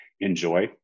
enjoy